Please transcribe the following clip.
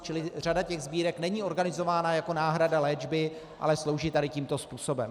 Čili řada těch sbírek není organizována jako náhrada léčby, ale slouží tady tímto způsobem.